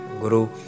Guru